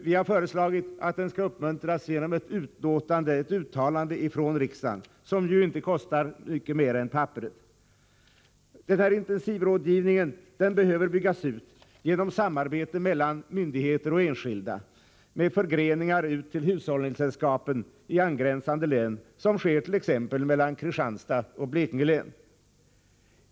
Vi har föreslagit att den skall uppmuntras genom ett uttalande från riksdagen, som inte kostar mycket mer än papperet. Intensivrådgivningen behöver byggas ut genom samarbete mellan myndigheter och enskilda, med förgreningar till hushållningssällskapen i angränsande län, såsom sker t.ex. mellan Kristianstads län och Blekinge län.